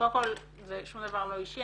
קודם כל זה שום דבר לא אישי,